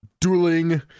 dueling